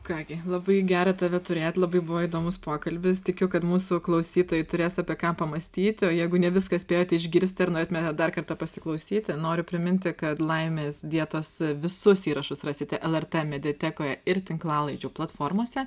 ką gi labai gera tave turėt labai buvo įdomus pokalbis tikiu kad mūsų klausytojai turės apie ką pamąstyti o jeigu ne viską spėjote išgirsti ar norėtume dar kartą pasiklausyti noriu priminti kad laimės dietos visus įrašus rasite lrt mediatekoje ir tinklalaidžių platformose